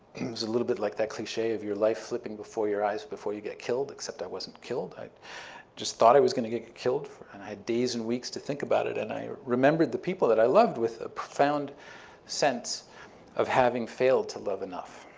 was a little bit like that cliche of your life flipping before your eyes before you get killed, except i wasn't killed. i just thought i was going to get killed and i had days and weeks to think about it. and i remembered the people that i loved with a profound sense of having failed to love enough.